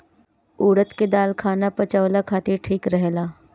उड़द के दाल खाना पचावला खातिर ठीक रहेला